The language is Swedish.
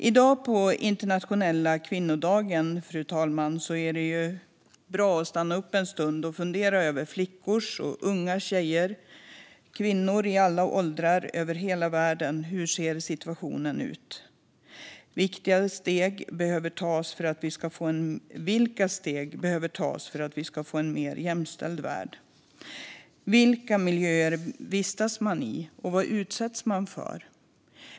I dag på internationella kvinnodagen är det bra att stanna upp en stund och fundera över hur situationen ser ut för flickor, unga tjejer och kvinnor i alla åldrar världen över och vilka steg som behöver tas för en mer jämställd värld. Vilka miljöer vistas man i, vad utsätts man för?